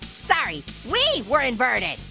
sorry, we were inverted.